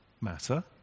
matter